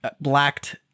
blacked